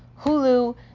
Hulu